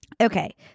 Okay